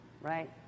Right